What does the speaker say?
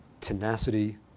tenacity